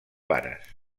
pares